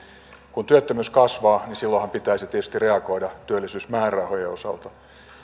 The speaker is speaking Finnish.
kun työttömyys kasvaa niin silloinhan pitäisi tietysti reagoida työllisyysmäärärahojen osalta